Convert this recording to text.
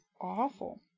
Awful